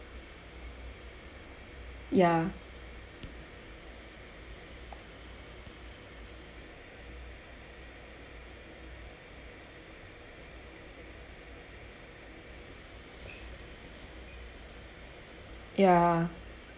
ya ya